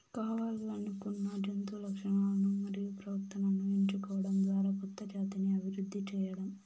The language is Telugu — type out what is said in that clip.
కావల్లనుకున్న జంతు లక్షణాలను మరియు ప్రవర్తనను ఎంచుకోవడం ద్వారా కొత్త జాతిని అభివృద్ది చేయడం